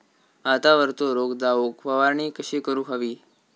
भातावरचो रोग जाऊक फवारणी कशी करूक हवी?